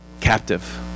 captive